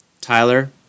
Tyler